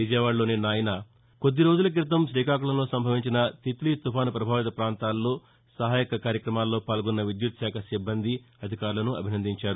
విజయవాడలో నిన్న ఆయన కొద్దిరోజుల క్రితం శ్రీకాకుకంలో సంభవించిన తిత్తీ తుపాను ప్రభావిత ప్రాంతాల్లో సహాయక కార్యక్రమాల్లో పాల్గొన్న విద్యుత్ శాఖ సిబ్బంది అధికారులను అభినందించారు